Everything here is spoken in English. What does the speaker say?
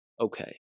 Okay